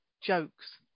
jokes